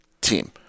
team